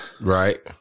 Right